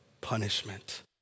punishment